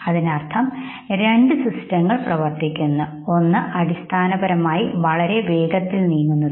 അതിനർത്ഥം രണ്ട് സിസ്റ്റങ്ങൾ പ്രവർത്തിക്കുന്നു ഒന്ന് അടിസ്ഥാനപരമായി വളരെ വേഗത്തിൽ നീങ്ങുന്നു ഒന്ന്